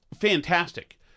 fantastic